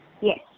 Yes